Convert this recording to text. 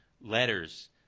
letters